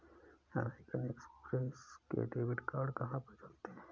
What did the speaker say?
American Express के debit card कहाँ पर चलते हैं?